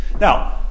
Now